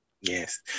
Yes